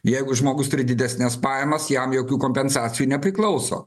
jeigu žmogus turi didesnes pajamas jam jokių kompensacijų nepriklauso